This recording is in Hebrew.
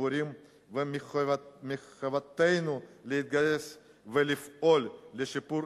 בדיבורים ומחובתנו להתגייס ולפעול לשיפור